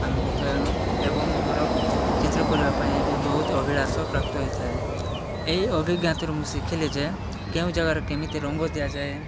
ଆନନ୍ଦିତ ଏବଂ ମୋର ଚିତ୍ର କରିବା ପାଇଁ ବି ବହୁତ ଅଭିଳାସ ପ୍ରାପ୍ତ ହୋଇଥାଏ ଏହି ଅଭିଜ୍ଞତାରୁ ମୁଁ ଶିଖିଲି ଯେ କେଉଁ ଜାଗାରେ କେମିତି ରଙ୍ଗ ଦିଆଯାଏ